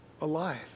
alive